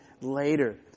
later